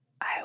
I